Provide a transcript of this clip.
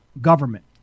government